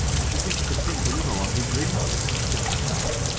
i should think it depends a little on who dreams them, suggested diamond.